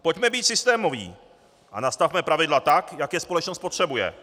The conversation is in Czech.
Pojďme být systémoví a nastavme pravidla tak, jak je společnost potřebuje.